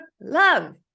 love